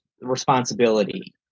responsibility